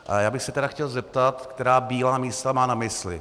A já bych se tedy chtěl zeptat, která bílá místa má na mysli.